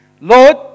Lord